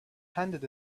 handed